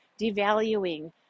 devaluing